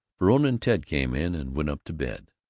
verona and ted came in and went up to bed.